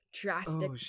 drastic